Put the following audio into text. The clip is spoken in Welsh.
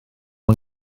yng